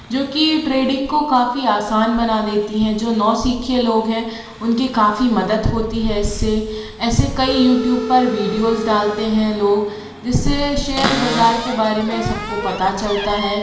जो कि ट्रेडिंग को काफ़ी आसान बना देती हैं जो नौसीखिए लोग हैं उनकी काफ़ी मदत होती है इससे ऐसे कई यूट्यूब पर वीडियोज़ डालते हैं लोग जिससे शेयर बज़ार के बारे में सब को पता चलता है